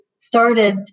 started